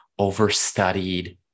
overstudied